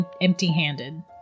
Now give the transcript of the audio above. empty-handed